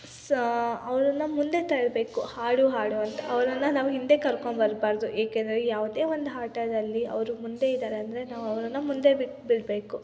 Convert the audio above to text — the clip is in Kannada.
ಸ ಅವ್ರನ್ನು ಮುಂದೆ ತರಬೇಕು ಆಡು ಆಡು ಅಂತ ಅವ್ರನ್ನು ನಾವು ಹಿಂದೆ ಕರ್ಕೊಂಬರಬಾರ್ದು ಏಕೆಂದರೆ ಯಾವುದೇ ಒಂದು ಆಟದಲ್ಲಿ ಅವರು ಮುಂದೆ ಇದ್ದಾರೆ ಅಂದರೆ ನಾವು ಅವ್ರನ್ನು ಮುಂದೆ ಬಿಟ್ಟುಬಿಡ್ಬೇಕು